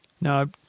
Now